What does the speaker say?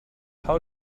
how